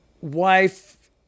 wife